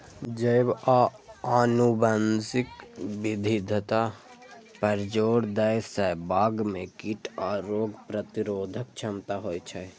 जैव आ आनुवंशिक विविधता पर जोर दै सं बाग मे कीट आ रोग प्रतिरोधक क्षमता होइ छै